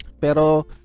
Pero